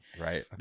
Right